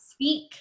speak